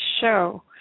show